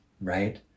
Right